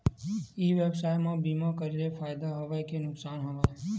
ई व्यवसाय म बीमा करे ले फ़ायदा हवय के नुकसान हवय?